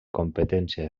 competència